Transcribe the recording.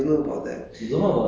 guns no